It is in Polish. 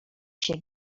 się